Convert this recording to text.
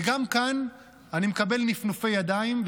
וגם כאן אני מקבל נפנופי ידיים,